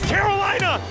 Carolina